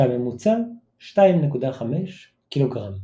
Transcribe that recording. כשהממוצע 2.5 קילוגרם.